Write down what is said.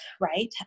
right